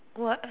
what